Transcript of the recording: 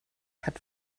hat